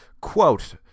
Quote